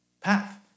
path